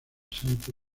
santo